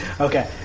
Okay